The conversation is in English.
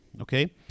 okay